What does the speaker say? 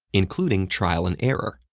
including trial and error.